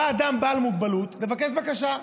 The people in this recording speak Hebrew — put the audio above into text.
בא אדם בעל מוגבלות ומבקש בקשה.